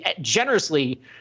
generously